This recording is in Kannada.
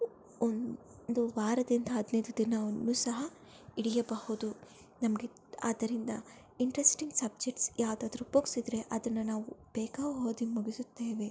ಒಂದು ವಾರದಿಂದ ಹದಿನೈದು ದಿನವನ್ನು ಸಹ ಹಿಡಿಯಬಹುದು ನಮಗೆ ಆದ್ದರಿಂದ ಇಂಟ್ರೆಸ್ಟಿಂಗ್ ಸಬ್ಜೆಕ್ಟ್ಸ್ ಯಾವುದಾದ್ರೂ ಬುಕ್ಸ್ ಇದ್ದರೆ ಅದನ್ನು ನಾವು ಬೇಗ ಓದಿ ಮುಗಿಸುತ್ತೇವೆ